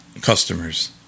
customers